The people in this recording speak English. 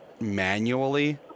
manually